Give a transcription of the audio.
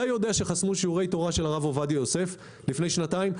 אתה יודע שחסמו שיעורי תורה של הרב עובדיה יוסף לפני שנתיים?